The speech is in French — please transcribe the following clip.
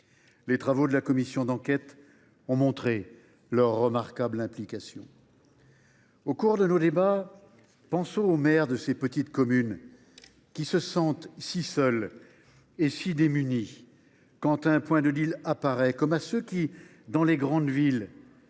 Les travaux de la commission d’enquête ont montré leur remarquable implication. Au cours de nos débats, pensons aux maires de ces petites communes qui se sentent si seuls et si démunis quand un point de apparaît, comme à ceux qui, dans les grandes villes,